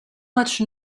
much